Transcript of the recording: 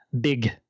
big